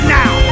now